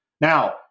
Now